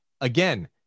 Again